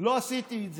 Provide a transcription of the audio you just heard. לא עשיתי את זה.